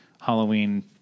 Halloween